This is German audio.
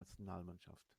nationalmannschaft